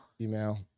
Email